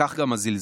וכך גם הזלזול.